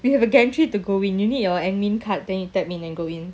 we have a gantry to go in you need your admin card then you tap in and go in